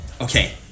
Okay